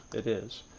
it is.